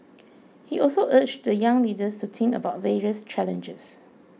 he also urged the young leaders to think about various challenges